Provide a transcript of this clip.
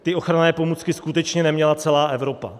Ty ochranné pomůcky skutečně neměla celá Evropa.